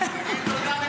האוצר.